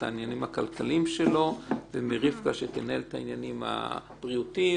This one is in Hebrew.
העניינים הכלכליים שלו ומרבקה שתנהל את העניינים הבריאותיים,